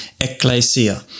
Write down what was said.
ecclesia